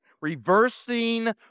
reversing